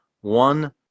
one